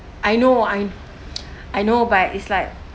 I know I I know but it's like